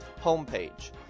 homepage